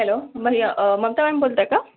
hello महि Mamata ma'am बोलत आहे का